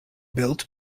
built